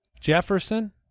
Jefferson